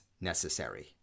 necessary